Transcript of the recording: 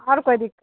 आओरो कोइ दिक्कत